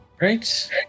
Right